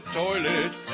toilet